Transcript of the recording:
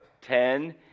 Ten